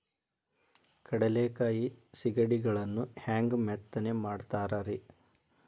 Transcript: ಕಡಲೆಕಾಯಿ ಸಿಗಡಿಗಳನ್ನು ಹ್ಯಾಂಗ ಮೆತ್ತನೆ ಮಾಡ್ತಾರ ರೇ?